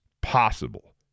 possible